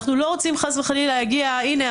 אנחנו לא רוצים חס וחלילה להגיע ולהגיד: הנה,